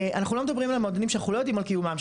אנחנו לא מדברים על המועדונים שאנחנו לא יודעים על קיומם,